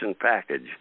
package